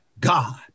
God